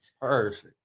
perfect